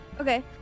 Okay